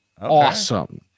awesome